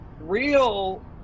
real